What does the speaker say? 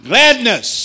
Gladness